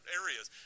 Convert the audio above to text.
areas